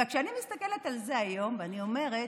אבל כשאני מסתכלת על זה היום, אני אומרת: